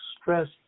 stress